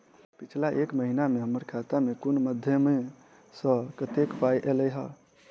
पिछला एक महीना मे हम्मर खाता मे कुन मध्यमे सऽ कत्तेक पाई ऐलई ह?